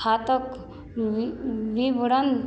खाताक बि विवरण